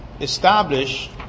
establish